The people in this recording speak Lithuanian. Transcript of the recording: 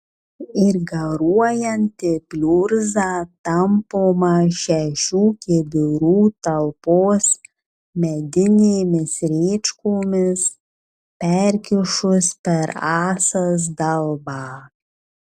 ir garuojanti pliurza tampoma šešių kibirų talpos medinėmis rėčkomis perkišus per ąsas dalbą